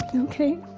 okay